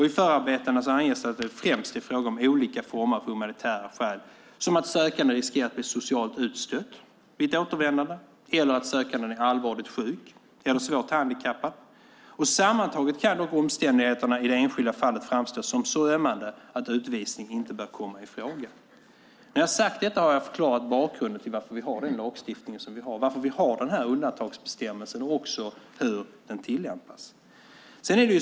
I förarbetena anges att det är främst fråga om olika former av humanitära skäl, som att sökanden riskerar att bli socialt utstött vid ett återvändande eller att sökanden är allvarligt sjuk eller svårt handikappad. Sammantaget kan då omständigheterna i det enskilda fallet framstå som så ömmande att utvisning inte bör komma i fråga. När jag sagt detta har jag förklarat bakgrunden till varför vi har den lagstiftning som vi har, varför vi har undantagsbestämmelsen och också hur den tillämpas.